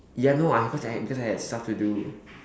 ya no I had because I had because I had stuff to do